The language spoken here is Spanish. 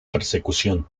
persecución